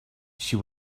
she